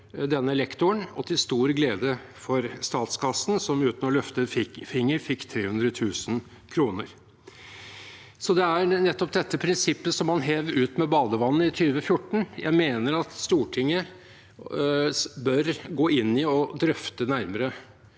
og til stor glede for statskassen, som uten å løfte en finger fikk 300 000 kr. Det er nettopp dette prinsippet som man hev ut med badevannet i 2014, og som jeg mener at Stortinget bør gå inn i og drøfte nærmere.